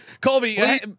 Colby